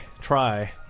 try